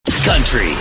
Country